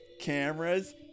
cameras